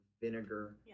vinegar